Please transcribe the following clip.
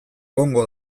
egongo